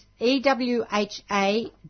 ewha